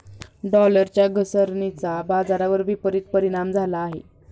डॉलरच्या घसरणीचा बाजारावर विपरीत परिणाम झाला आहे